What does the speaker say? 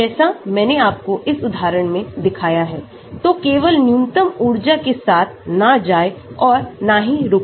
जैसे मैंने आपको इस उदाहरणों में दिखाया है तो केवल न्यूनतम ऊर्जा के साथ न जाएं और न ही रुकें